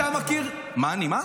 אתה מכיר, מה?